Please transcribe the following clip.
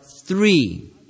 three